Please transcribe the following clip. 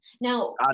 Now